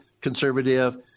conservative